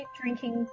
drinking